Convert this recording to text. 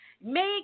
Make